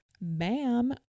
ma'am